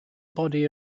body